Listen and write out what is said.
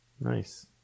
Nice